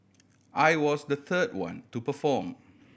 I was the third one to perform